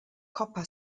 copper